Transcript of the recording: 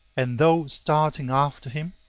and though starting after him,